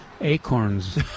acorns